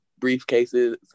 briefcases